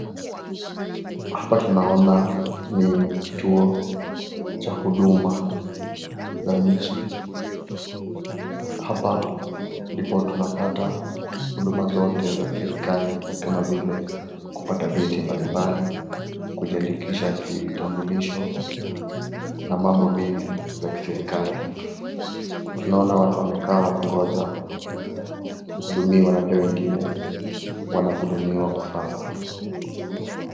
Hapa tunaona ni kituo cha uduma la nchi. Hapa ndipo tunapata huduma zote za kiserekali kama vile: kupata vyeti mbalimbali , kujiandikisha kitambulisho na mambo mengi za kiserekali . Tunaona watu wamekaa wakingoja kuudumiwa. Najua wengine wanaudhumiwa kwa sasa.